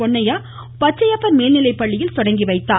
பொன்னையா பச்சையப்பன் மேல்நிலைப்பள்ளியில் தொடங்கிவைத்தார்